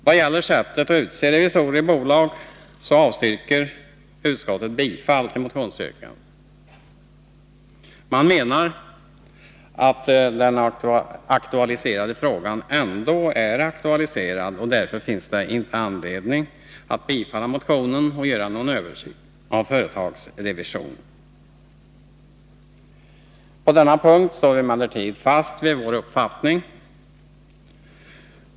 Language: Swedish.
Vad gäller sättet att utse revisor i bolag avstyrker utskottet bifall till motionsyrkandet. Man menar att frågan ändå är aktualiserad och att det därför inte finns anledning att bifalla motionen och göra någon översyn av företagsrevisionen. På denna punkt står vi emellertid fast vid vår uppfattning.